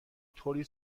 طوری